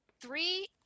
three